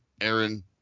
Aaron